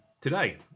today